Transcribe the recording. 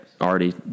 already